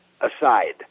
aside